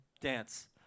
dance